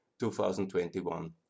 2021